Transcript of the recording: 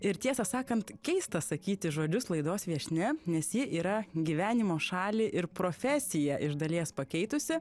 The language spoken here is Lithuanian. ir tiesą sakant keista sakyti žodžius laidos viešnia nes ji yra gyvenimo šalį ir profesiją iš dalies pakeitusi